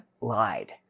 lied